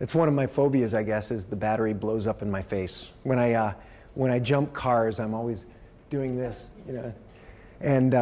it's one of my phobias i guess is the battery blows up in my face when i when i jump cars i'm always doing this